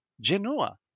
Genoa